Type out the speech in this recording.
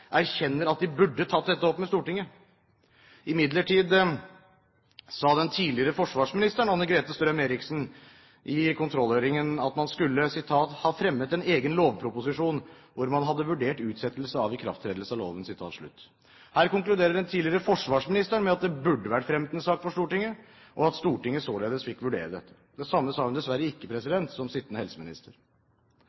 erkjenner at de burde tatt dette opp med Stortinget. Imidlertid sa den tidligere forsvarsministeren Anne-Grete Strøm-Erichsen i kontrollhøringen at man skulle «ha fremmet en egen lovproposisjon hvor man hadde vurdert utsettelse av ikrafttredelse av loven». Her konkluderer den tidligere forsvarsministeren med at det burde vært fremmet en sak for Stortinget, og at Stortinget således fikk vurdere dette. Det samme sa hun dessverre ikke